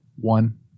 one